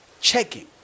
checking